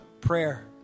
Prayer